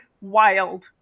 wild